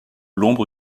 l’ombre